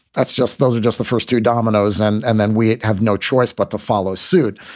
that's just those are just the first two dominoes and and then we have no choice but to follow suit.